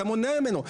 אתה מונע ממנו,